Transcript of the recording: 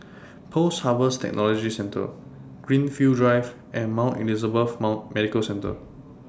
Post Harvest Technology Centre Greenfield Drive and Mount Elizabeth Medical Centre